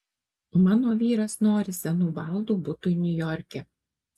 mano vyras nori senų baldų butui niujorke